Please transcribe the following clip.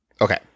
Okay